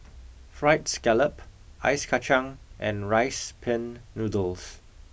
fried scallop ice kachang and rice pin noodles